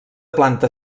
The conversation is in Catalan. planta